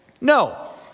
No